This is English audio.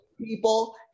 people